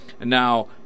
Now